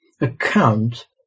account